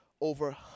over